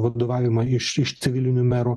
vadovavimą iš iš civilinių merų